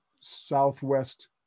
southwest